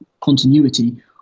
continuity